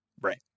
right